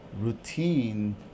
routine